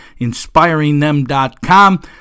inspiringthem.com